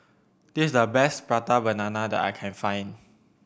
this is the best Prata Banana that I can find